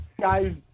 guys –